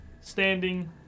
standing